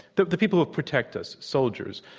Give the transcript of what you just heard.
the the people who protect us, soldiers.